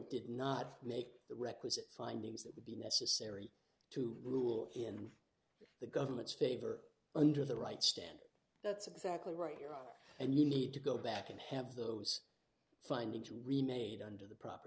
did not make the requisite findings that would be necessary to rule in the government's favor under the right standard that's exactly right you're out and you need to go back and have those findings re made under the proper